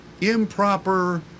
Improper